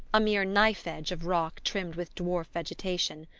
a mere knife-edge of rock rimmed with dwarf vegetation.